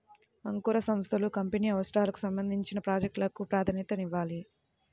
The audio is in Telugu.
అంకుర సంస్థలు కంపెనీ అవసరాలకు సంబంధించిన ప్రాజెక్ట్ లకు ప్రాధాన్యతనివ్వాలి